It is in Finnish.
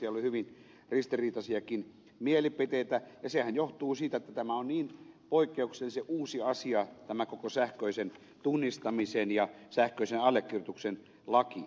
siellä oli hyvin ristiriitaisiakin mielipiteitä ja sehän johtuu siitä että tämä on niin poikkeuksellisia uusia asia tämä koko sähköisen tunnistamisen ja sähköisen allekirjoituksen laki on niin poikkeuksellisen uusi asia